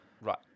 Right